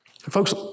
Folks